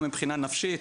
גם מבחינה נפשית,